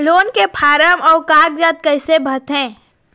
Loan के form अऊ कागजात कइसे भरथें?